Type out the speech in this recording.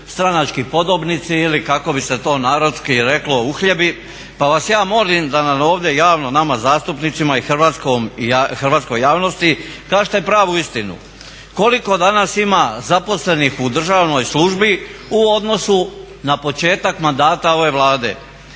stranački podobnici ili kako bi se to narodski reklo uhljebi, pa vas ja molim da nam ovdje javno, nama zastupnicima i hrvatskoj javnosti, kažete pravu istinu koliko danas ima zaposlenih u državnoj službi u odnosu na početak mandata ove Vlade?